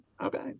okay